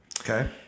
Okay